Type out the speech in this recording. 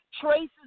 traces